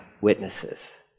witnesses